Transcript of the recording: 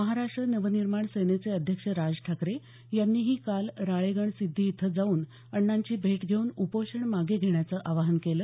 महाराष्ट नवनिर्माण सेनेचे अध्यक्ष राज ठाकरे यांनीही काल राळेगण सिद्धी इथं जाऊन अण्णांची भेट घेऊन उपोषण मागे घेण्याचं आवाहन केलं